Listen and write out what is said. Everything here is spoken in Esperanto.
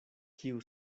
kiu